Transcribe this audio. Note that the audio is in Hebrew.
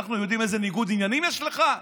אנחנו יודעים איזה ניגוד עניינים יש לך?